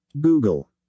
Google